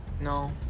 No